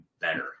better